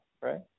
right